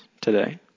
today